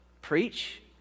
Preach